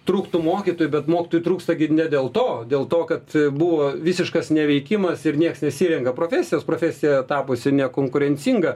trūktų mokytojų bet mokytojų trūksta ne dėl to dėl to kad buvo visiškas neveikimas ir nieks nesirenka profesijos profesija tapusi nekonkurencinga